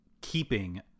keeping